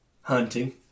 Hunting